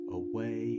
away